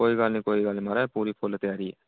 कोई गल्ल नेई कोई गल्ल नी माराज पूरी फुल्ल त्यारी ऐ